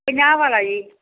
ਪੰਜਾਹ ਵਾਲਾ ਜੀ